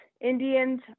Indians